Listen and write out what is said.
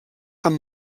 amb